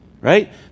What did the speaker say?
right